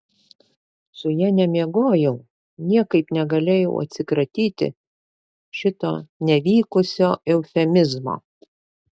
su ja nemiegojau niekaip negalėjau atsikratyti šito nevykusio eufemizmo